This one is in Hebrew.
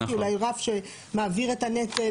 חשבתי אולי רף שמעביר את הנטל,